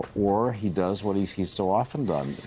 or he does what he's he's so often done,